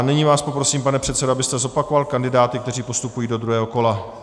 Nyní vás poprosím, pane předsedo, abyste zopakoval kandidáty, kteří postupují do druhého kola.